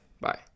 Bye